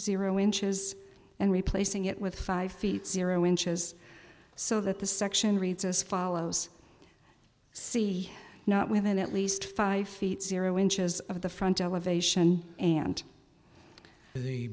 zero inches and replacing it with five feet zero inches so that the section reads as follows see not within at least five feet zero inches of the front elevation and the